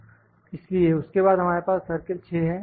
इसलिए उसके बाद हमारे पास सर्किल 6 है